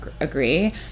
agree